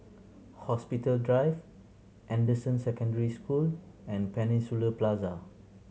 Hospital Drive Anderson Secondary School and Peninsula Plaza